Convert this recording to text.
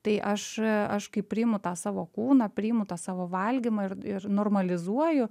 tai aš aš kaip priimu tą savo kūną priimu tą savo valgymą ir ir normalizuoju